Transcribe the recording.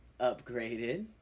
upgraded